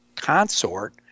Consort